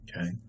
Okay